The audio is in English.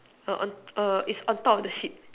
err on err it's on top of the sheet